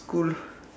school